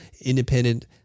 independent